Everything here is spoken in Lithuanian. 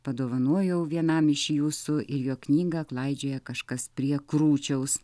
padovanojau vienam iš jūsų ir jo knygą klaidžioja kažkas prie krūčiaus